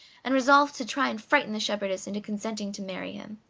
and resolve to try and frighten the shepherdess into consenting to marry him.